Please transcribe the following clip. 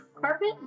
carpet